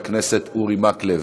לוועדת הכספים נתקבלה.